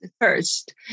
first